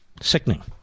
sickening